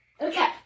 Okay